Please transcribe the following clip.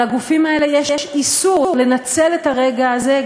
על הגופים האלה יש איסור לנצל את הרגע הזה,